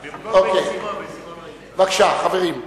בבקשה, חברים.